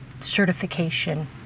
certification